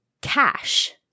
Cash